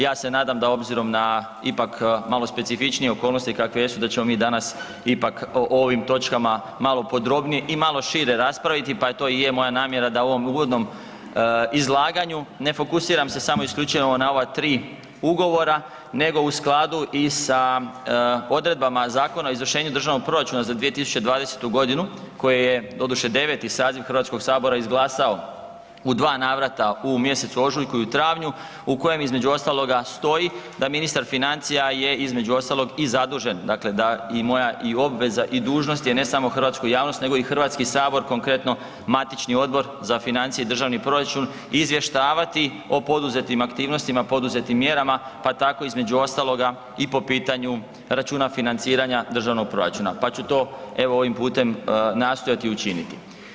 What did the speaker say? Ja se nadam da obzirom na ipak malo specifičnije okolnosti kakve jesu, da ćemo mi danas ipak o ovim točkama malo podrobnije i malo šire raspraviti, pa to i je moja namjera da u ovom uvodnom izlaganju ne fokusiram se samo isključivo na ova 3 ugovora nego u skladu i sa odredbama Zakona o izvršenju državnog proračuna za 2020. g. koje je, doduše, 9. saziv Hrvatskoga sabora izglasao u dva navrata, u mjesecu ožujku i u travnju u kojem između ostaloga stoji da ministar financija je između ostalog i zadužen, dakle da i moja i obveza i dužnost je, ne samo hrvatsku javnost nego i Hrvatski sabor, konkretno, matični Odbor za financije i državni proračun izvještavati o poduzetim aktivnostima, poduzetim mjerama, pa tako između ostaloga, i po pitanju računa financiranja državnog proračuna, pa ću to, evo, ovim putem, nastojati učiniti.